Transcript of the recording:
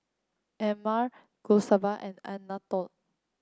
Emmer Gustave and Anatole